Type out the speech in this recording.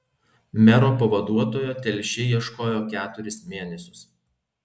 mero pavaduotojo telšiai ieškojo keturis mėnesius